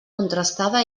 contrastada